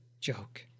Joke